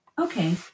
okay